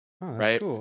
Right